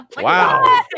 wow